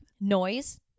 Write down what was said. noise